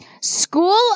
School